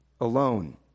alone